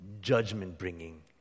judgment-bringing